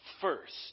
first